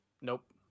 Nope